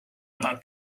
aga